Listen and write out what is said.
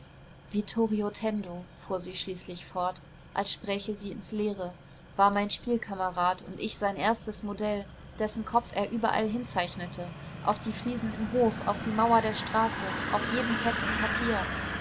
vittorio tendo fuhr sie schließlich fort als spräche sie ins leere war mein spielkamerad und ich sein erstes modell dessen kopf er überall hinzeichnete auf die fliesen im hof auf die mauer der straße auf jeden fetzen papier